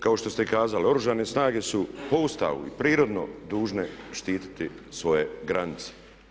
Kao što ste kazali, Oružane snage su po Ustavu i prirodno dužne štititi svoje granice.